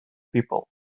people